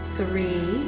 three